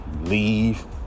leave